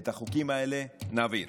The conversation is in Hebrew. את החוקים האלה נעביר.